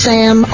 Sam